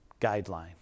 guideline